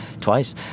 twice